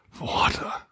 water